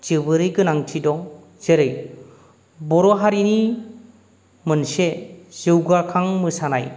जोबोरै गोनांथि दं जेरै बर' हारिनि मोनसे जौगाखां मोसानाय